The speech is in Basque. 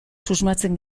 susmatzen